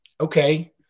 Okay